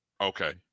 Okay